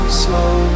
slow